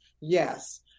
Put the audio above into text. yes